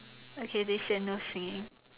okay they said no singing